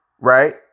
right